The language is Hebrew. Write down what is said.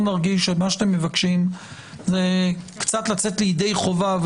נרגיש שמה שאתם מבקשים זה קצת לצאת לידי חובה,